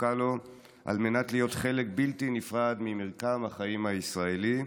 זקוקה לו על מנת להיות חלק בלתי נפרד ממרקם החיים הישראלי,